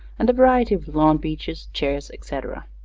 and a variety of lawn benches, chairs, etc.